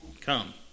Come